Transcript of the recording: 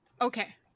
Okay